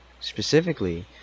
specifically